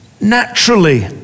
naturally